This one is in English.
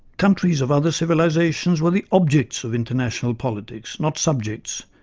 countries of other civilizations were the objects of international politics, not subjects,